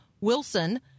Wilson